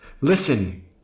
Listen